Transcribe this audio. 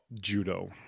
judo